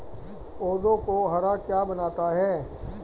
पौधों को हरा क्या बनाता है?